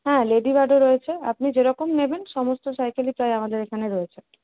হ্যাঁ লেডিবার্ডও রয়েছে আপনি যেরকম নেবেন সমস্ত সাইকেলই প্রায় আমাদের এখানে রয়েছে